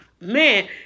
man